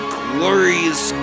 glorious